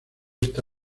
esta